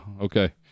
okay